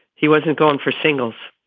he wasn't gone for singles.